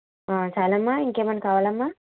చాలా అమ్మా ఇంకేమైనా కావాలా అమ్మా